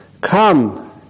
Come